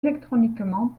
électroniquement